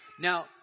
Now